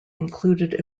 included